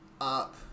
up